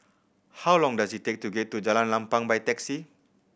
how long does it take to get to Jalan Lapang by taxi